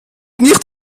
nicht